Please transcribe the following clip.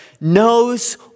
knows